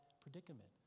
predicament